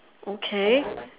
okay